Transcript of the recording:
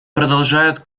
продолжает